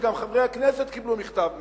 וגם חברי הכנסת קיבלו מכתב מהם,